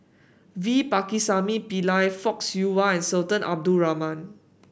V Pakirisamy Pillai Fock Siew Wah Sultan Abdul Rahman